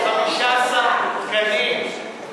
עוד 15 תקנים.